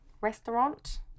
restaurant